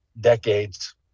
decades